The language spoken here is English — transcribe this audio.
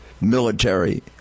military